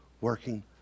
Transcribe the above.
working